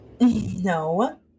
No